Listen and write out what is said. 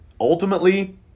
ultimately